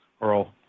earl